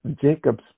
Jacob's